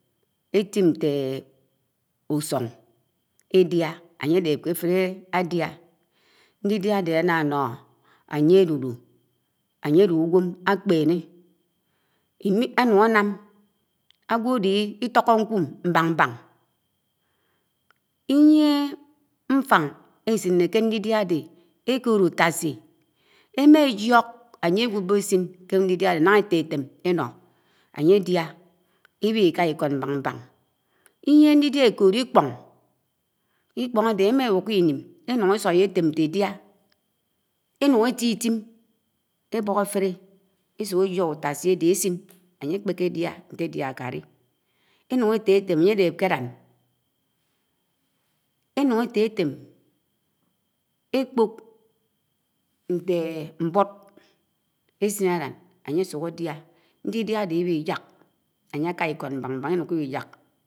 étim ntè ùsùñ édià, ányè dèb kè áfèrè áduá ndidiá ádè áná ánò ányè ádudu ányè din uwèm ákpènè imi ánùk ánám ágwò ádè itókó nkùm mbán mbáñ, inyié mfáñ ésiné ké ndidiá ádè, ékood ùtási émàjiók ányè éwòpò ésin ké ndidiá ádé ányè diá ibihi ka ikòd mbáñ mbáñ, inyié ndidiá ékoodi ikpón ikpóñ ádè émà bùkó inim ésói étém nte édià, énùñ étitim, ébòk áfèrè esuk éjiók ùtási ádè ésin ányè kpèkè áduá nte ádiá ganĩ, énùñ ététém ányè dèb kè áblán énúñ ététém, ékpok nté mbùd ésin ádán ányè sùk ádiá, ndidiá, ibihi yák ányè ka ikòd mbàñ mbáñ iyinho ibiyák.